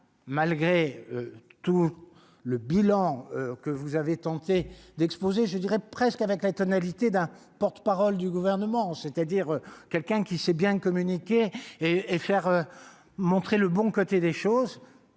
malgré tout, le bilan que vous avez tenté d'exposer, je dirais presque avec la tonalité d'un porte-parole du gouvernement, c'est-à-dire quelqu'un qui sait bien communiquer et et faire montrer le bon côté des choses,